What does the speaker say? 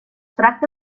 tracta